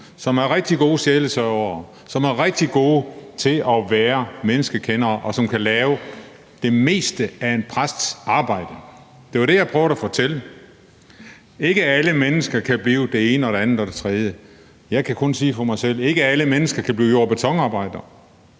som er rigtig gode sjælesørgere, som er rigtig gode menneskekendere, og som kan lave det meste af en præsts arbejde. Det var det, jeg prøvede at fortælle. Ikke alle mennesker kan blive det ene eller det andet eller det tredje – jeg kan kun sige for mig selv, at ikke alle mennesker kan blive jord- og betonarbejder,